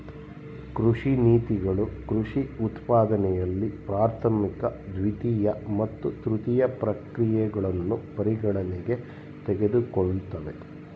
ಕೃಷಿ ನೀತಿಗಳು ಕೃಷಿ ಉತ್ಪಾದನೆಯಲ್ಲಿ ಪ್ರಾಥಮಿಕ ದ್ವಿತೀಯ ಮತ್ತು ತೃತೀಯ ಪ್ರಕ್ರಿಯೆಗಳನ್ನು ಪರಿಗಣನೆಗೆ ತೆಗೆದುಕೊಳ್ತವೆ